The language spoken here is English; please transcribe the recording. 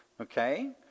Okay